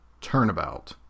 Turnabout